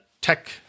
tech